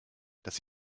dass